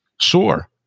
Sure